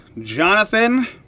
Jonathan